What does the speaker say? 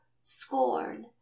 scorn